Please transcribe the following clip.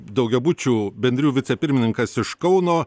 daugiabučių bendrijų vicepirmininkas iš kauno